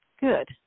good